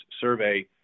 survey